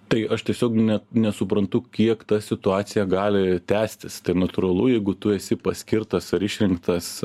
tai aš tiesiog net nesuprantu kiek ta situacija gali tęstis tai natūralu jeigu tu esi paskirtas ar išrinktas